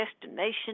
destination